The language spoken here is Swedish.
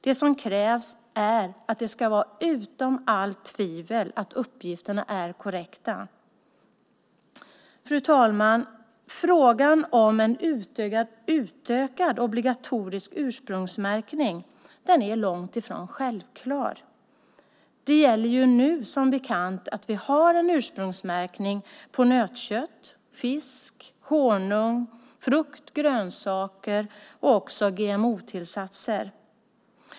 Det som krävs är att det ska vara utom allt tvivel att uppgifterna är korrekta. Fru talman! Frågan om en utökad obligatorisk ursprungsmärkning är långt ifrån självklar. Nu gäller, som bekant, att vi har en ursprungsmärkning på nötkött, fisk, honung, frukt, grönsaker och även en märkning om GMO-tillsatser.